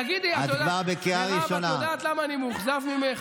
תגידי, מירב, מאיפה מקבלים פנסיה, מהשמיים?